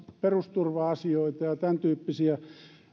perusturva asioita ja tämäntyyppisiä